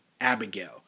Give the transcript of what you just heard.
Abigail